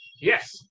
Yes